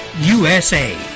USA